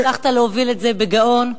הצלחת להוביל את זה בגאון,